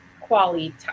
quality